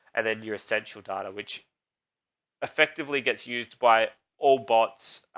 and then your essential data, which effectively gets used by all bots,